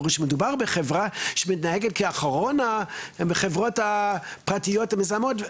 שמדובר בחברה שמתנהגת כאחרונת החברות הפרטיות המזהמות,